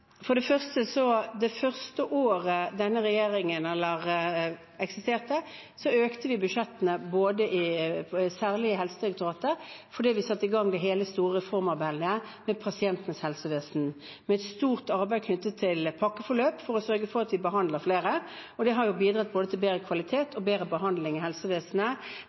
For det første: Det første året denne regjeringen eksisterte, økte vi budsjettene i Helsedirektoratet fordi vi satte i gang hele det store reformarbeidet med pasientens helsevesen, med et stort arbeid knyttet til pakkeforløp for å sørge for at vi behandlet flere. Det har bidratt til både bedre kvalitet og bedre behandling i helsevesenet